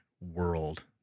world